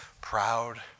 proud